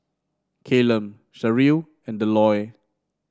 Callum Sherrill and Delois